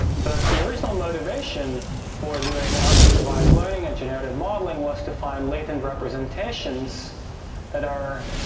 but the original motivation for doing unsupervised learning and generative modeling was to find latent representations that are